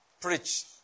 Preach